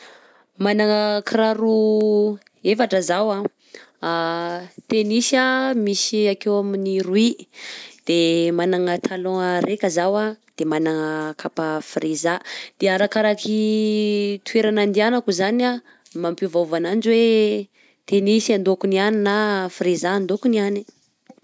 Managna kiraro efatra zaho a: tenisy a, misy akeo amin'ny roy, de managna talon araika ao a, de manana kapa freza, de arakaraky toerana andianako zany no mampiovaova agnanjy oe tenisy andôkô niany na freza andôkô niany.